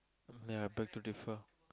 ya I beg to differ